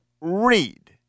read